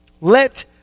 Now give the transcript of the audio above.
Let